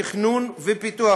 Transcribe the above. תכנון ופיתוח,